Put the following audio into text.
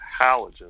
halogens